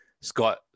Scott